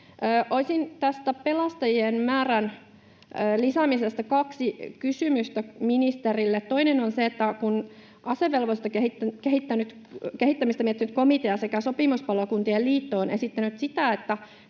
Olisi tästä pelastajien määrän lisäämisestä kaksi kysymystä ministerille. Toinen on se, että kun asevelvollisuuden kehittämistä miettinyt komitea sekä Sopimuspalokuntien Liitto ovat esittäneet sitä, että